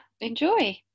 enjoy